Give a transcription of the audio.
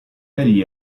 egli